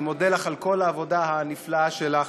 אני מודה לך על כל העבודה הנפלאה שלך.